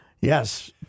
Yes